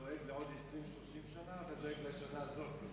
אתה דואג לעוד 30-20 שנה, או שאתה דואג לשנה הזאת?